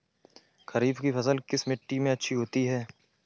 खरीफ की फसल किस मिट्टी में अच्छी होती है?